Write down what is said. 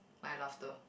my laughter